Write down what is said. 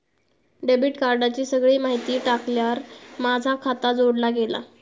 debit कार्डाची सगळी माहिती टाकल्यार माझा खाता जोडला गेला